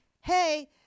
hey